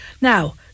now